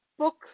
Book